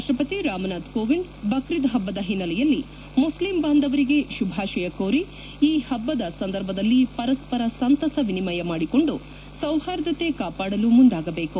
ರಾಷ್ಷಪತಿ ರಾಮನಾಥ್ ಕೋವಿಂದ್ ಬಕ್ರಿದ್ ಪಭ್ಗದ ಹಿನ್ನೆಲೆಯಲ್ಲಿ ಮುಸ್ಲಿಂ ಭಾಂದವರಿಗೆ ಶುಭಾಶಯ ಕೋರಿ ಈ ಪಭ್ಲದ ಸಂದರ್ಭದಲ್ಲಿ ವರಸ್ತರ ಸಂತಸ ವಿನಿಮಯ ಮಾಡಿಕೊಂಡು ಸೌಪಾರ್ದತೆ ಕಾಪಾಡಲು ಮುಂದಾಗಬೇಕು